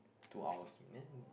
two hours there it's